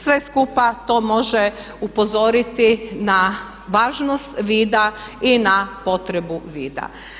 Sve skupa to može upozoriti na važnost vida i na potrebu vida.